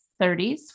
30s